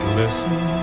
listen